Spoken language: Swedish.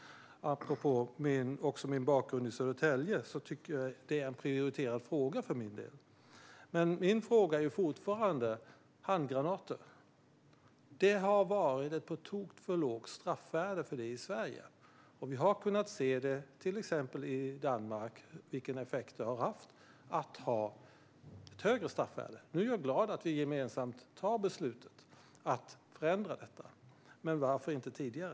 Apropå min bakgrund i Södertälje är det för min del en prioriterad fråga. Min fråga gäller fortfarande handgranater. Det har varit ett på tok för lågt straffvärde för det i Sverige. Vi har kunnat se i till exempel Danmark vilken effekt det har haft att ha ett högre straffvärde. Nu är jag glad att vi gemensamt fattar beslutet att förändra detta. Men varför skedde det inte tidigare?